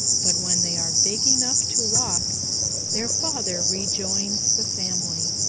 but when they are big enough to walk their father rejoins the family,